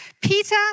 Peter